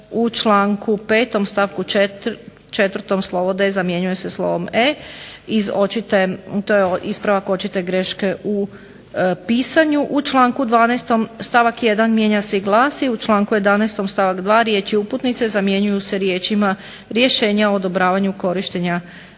u članku 5. stavku 4. slovo D zamjenjuje se slovom E iz očite, to je ovo ispravak očite greške u pisanju. U članku 12. stavak 1. mijenja se i glasi: " U članku 11. stavak 2. riječi uputnice zamjenjuju se riječima rješenje o odobravanju korištenja pravne